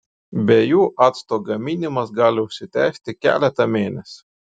be jų acto gaminimas gali užsitęsti keletą mėnesių